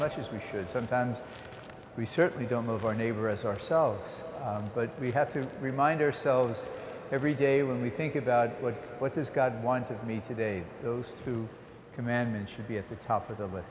much as we should sometimes we certainly don't move our neighbor as ourselves but we have to remind ourselves every day when we think about what this god wanted me today those two commandments should be at the top of the